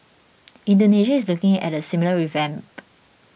Indonesia is looking at a similar revamp